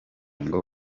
ngo